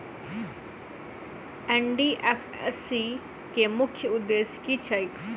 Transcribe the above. NDFSC केँ मुख्य उद्देश्य की छैक?